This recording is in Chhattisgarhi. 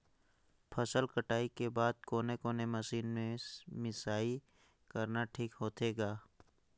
फसल कटाई के बाद कोने कोने मशीन ले मिसाई करना ठीक होथे ग?